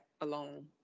alone